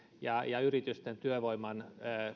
ja ja yritysten työvoiman